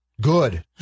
Good